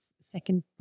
second